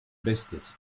bestes